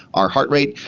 our heartrate,